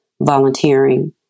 volunteering